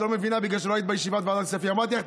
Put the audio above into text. את לא מבינה בגלל שלא היית בישיבת ועדת הכספים.